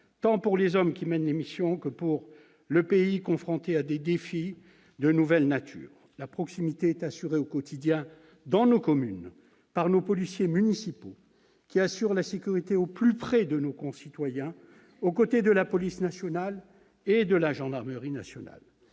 tant pour les hommes qui mènent les missions que pour le pays, confronté à des défis de nouvelle nature. La proximité est assurée, au quotidien, dans nos communes, par nos policiers municipaux, qui assurent la sécurité au plus près de nos concitoyens, aux côtés de la police nationale et de la gendarmerie nationale.